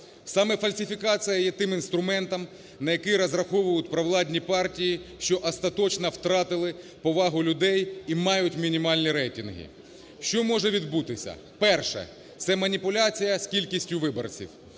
Саме фальсифікація є тим інструментом, на який розраховують провладні партії, що остаточно втратили повагу людей і мають мінімальні рейтинги. Що може відбутися: перше – це маніпуляція з кількістю виборців.